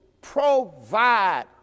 Provide